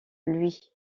louis